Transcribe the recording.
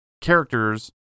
characters